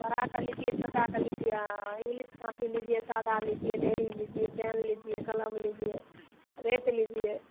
बड़ा का लीजिए छोटा का लीजिए हाँ इंग्लिस कापी लीजिए सादा लीजिए डेरी लीजिए पेन लीजिए कलम लीजिए रेट लीजिए